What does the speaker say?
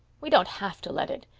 we don't have to let it.